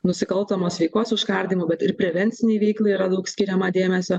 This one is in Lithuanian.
nusikalstamos veikos užkardymui bet ir prevencinei veiklai yra daug skiriama dėmesio